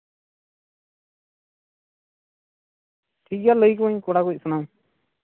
ᱴᱷᱤᱠᱜᱮᱭᱟ ᱞᱟᱹᱭᱟᱠᱚᱣᱟᱹᱧ ᱠᱚᱲᱟ ᱠᱚ ᱥᱟᱱᱟᱢ